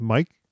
Mike